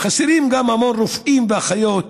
חסרים גם המון רופאים ואחיות,